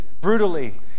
brutally